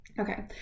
Okay